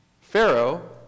Pharaoh